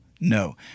No